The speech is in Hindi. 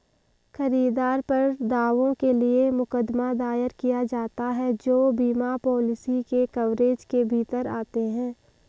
खरीदार पर दावों के लिए मुकदमा दायर किया जाता है जो बीमा पॉलिसी के कवरेज के भीतर आते हैं